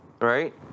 right